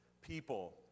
people